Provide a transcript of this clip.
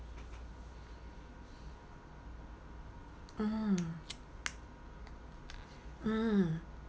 mm mm